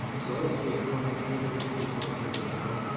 so let's see, i want to make sure that my pencil is ready to go.